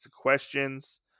questions